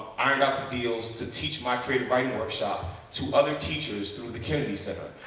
ironed out the deals to teach my creative writing workshop to other teachers through the kennedy center.